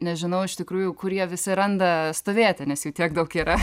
nežinau iš tikrųjų kur jie visi randa stovėti nes jų tiek daug yra